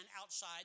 outside